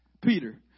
Peter